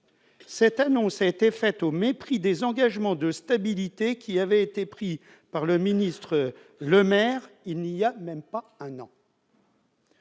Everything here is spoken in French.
Cette annonce a été faite au mépris des engagements de stabilité qui avaient été pris par le ministre Le Maire il n'y a même pas un an.